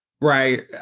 right